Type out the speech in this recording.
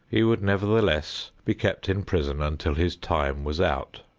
he would nevertheless be kept in prison until his time was out.